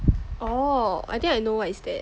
orh I think I know what is that